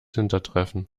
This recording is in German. hintertreffen